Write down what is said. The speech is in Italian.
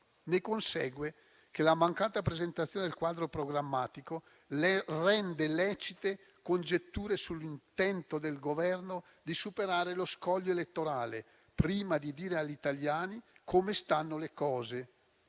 Ne consegue che la mancata presentazione del quadro programmatico rende lecite le congetture sull'intento del Governo di superare lo scoglio elettorale prima di dire agli italiani come stanno le cose,